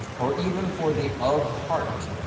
or even for the of heart.